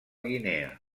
guinea